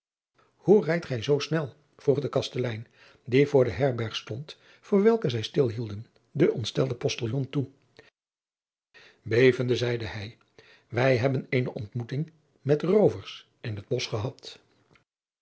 oe rijdt gij zoo snel vroeg de kastelein die voor de herberg stond voor welke zy stil hielden den ontstelden ostiljon toe even driaan oosjes zn et leven van aurits ijnslager de zeide hij ij hebben eene ontmoeting met roovers in het bosch gehad